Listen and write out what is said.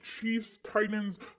Chiefs-Titans